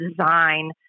design